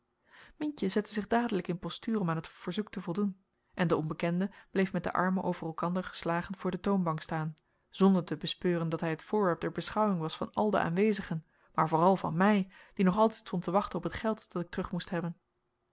mientje zette zich dadelijk in postuur om aan het verzoek te voldoen en de onbekende bleef met de armen over elkander geslagen voor de toonbank staan zonder te bespeuren dat hij het voorwerp der beschouwing was van al de aanwezigen maar vooral van mij die nog altijd stond te wachten op het geld dat ik terug moest hebben